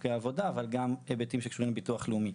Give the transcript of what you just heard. חוקי העבודה אבל גם היבטים שקשורים לביטוח הלאומי.